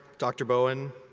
dr. bowen,